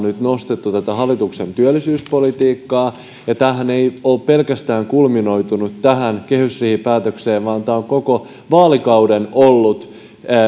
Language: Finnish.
nyt nimenomaan nostaneet esille hallituksen työllisyyspolitiikkaa tämähän ei ole pelkästään kulminoitunut kehysriihipäätökseen vaan tämä on koko vaalikauden ollut